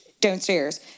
downstairs